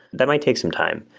that might take some time.